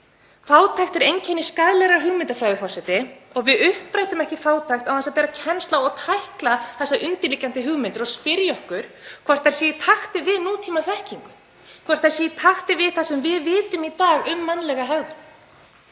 Fátækt er einkenni skaðlegrar hugmyndafræði, forseti. Og við upprætum ekki fátækt án þess að bera kennsl á og tækla þær undirliggjandi hugmyndir og spyrja okkur hvort þær séu í takti við nútímaþekkingu, hvort þær séu í takti við það sem við vitum í dag um mannlega hegðun.